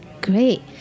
Great